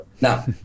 Now